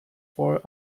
for